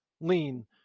lean